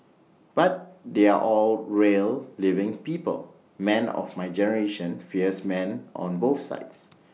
but they are all real living people men of my generation fierce men on both sides